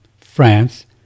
France